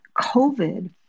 COVID